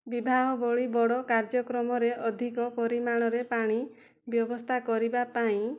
ବିବାହ ଭଳି ବଡ଼ କାର୍ଯ୍ୟକ୍ରମରେ ଅଧିକ ପରିମାଣରେ ପାଣି ବ୍ୟବସ୍ଥା କରିବାପାଇଁ